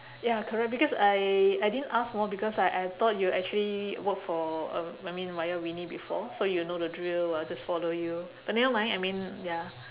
ya correct because I I didn't ask more because I I thought you actually work for uh I mean before so you know the drill I just follow you but never mind I mean ya